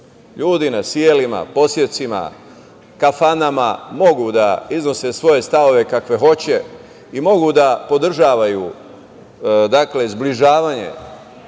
Ljudi na sijelima, posjecima, kafanama, mogu da iznose svoje stavove kakve hoće i mogu da podržavaju zbližavanje